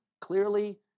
clearly